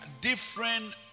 different